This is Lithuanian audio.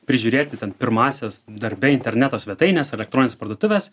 prižiūrėti ten pirmąsias darbe interneto svetaines elektronines parduotuves